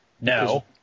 No